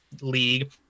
league